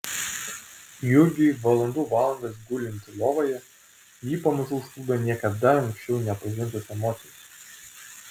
jurgiui valandų valandas gulint lovoje jį pamažu užplūdo niekada anksčiau nepažintos emocijos